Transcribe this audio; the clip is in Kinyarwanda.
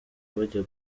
bajya